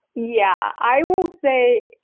yeah, i will say,